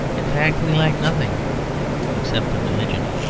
in fact we lack nothing except the religion.